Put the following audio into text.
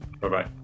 Bye-bye